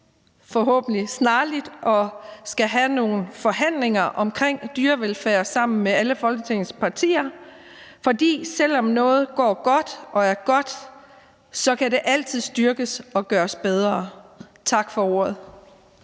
forhåbentlig snarlig at skulle have nogle forhandlinger omkring dyrevelfærd sammen med alle Folketingets partier. For selv om det går godt og er godt, kan det altid styrkes og gøres bedre. Tak for ordet.